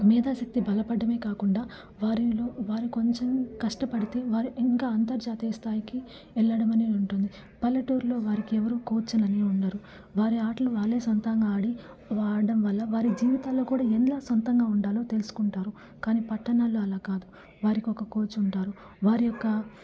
మేధాశక్తి బలపడ్డమే కాకుండా వారిలో వారి కొంచెం కష్టపడితే వారి ఇంకా అంతర్జాతీయ స్థాయికి వెళ్ళడమనేదుంటుంది పల్లెటూరులో వారికెవ్వరూ కోచ్లనీ ఉండరు వారి ఆటలు వాళ్ళే సొంతంగా ఆడి ఆడడం వల్ల వారి జీవితాల్లో కూడా సొంతంగా ఉండాలో తెలుసుకుంటారు కానీ పట్టణాల్లో అలా కాదు వారికొక కోచుంటారు వారి యొక్క